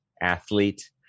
athlete